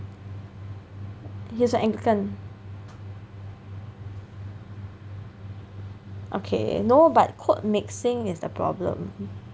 he was from Anglican okay no but code mixing is the problem